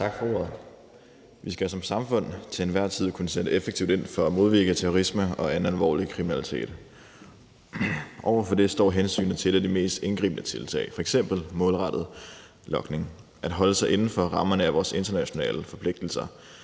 Tak for ordet. Vi skal som samfund til enhver tid kunne sætte effektivt ind for at modvirke terrorisme og anden alvorlig kriminalitet. Over for det står hensynet til et af de mest indgribende tiltag, f.eks. målrettet logning, og at holde sig inden for rammerne af vores internationale forpligtelser,